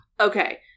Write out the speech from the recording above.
Okay